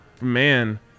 man